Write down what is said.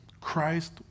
Christ